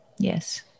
Yes